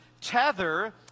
tether